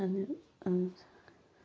आनी